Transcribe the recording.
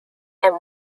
and